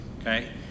okay